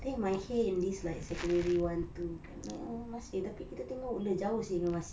then in my head in this secondary one two tak nak ah marsiling tapi kita tinggal woodland jauh seh dengan marsiling